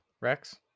rex